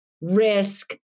risk